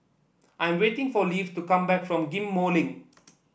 I am waiting for Leif to come back from Ghim Moh Link